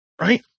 right